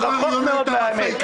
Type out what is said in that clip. רחוק מהאמת.